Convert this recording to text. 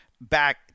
back